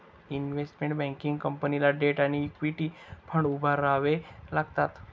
investment banking कंपनीला debt आणि equity fund उभारावे लागतात